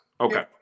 okay